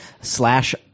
slash